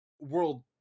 world